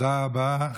תודה רבה.